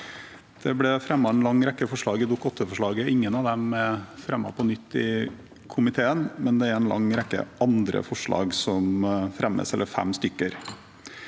Det ble fremmet en lang rekke forslag i Dokument 8-forslaget. Ingen av dem er fremmet på nytt i komiteen, men det er fem andre forslag som fremmes. Mindretallet